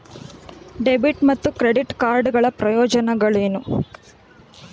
Debit ಮತ್ತು credit card ಗಳ ಪ್ರಯೋಜನಗಳೇನು?